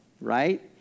right